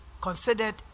considered